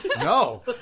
no